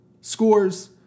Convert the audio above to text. scores